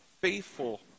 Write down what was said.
faithful